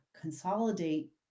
consolidate